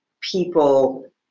people